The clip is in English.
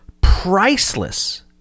priceless